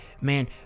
man